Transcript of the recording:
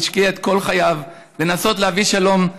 שהשקיע את כל חייו לנסות להביא שלום,